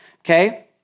Okay